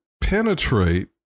penetrate